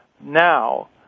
now